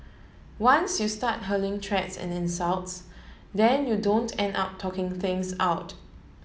once you start hurling threats and insults then you don't end up talking things out